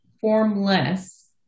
formless